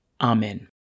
Amen